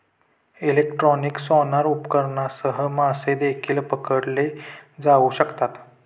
electronic sonar उपकरणांसह मासे देखील पकडले जाऊ शकतात